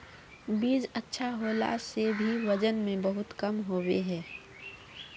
बीज अच्छा होला से भी वजन में बहुत कम होबे है?